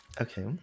okay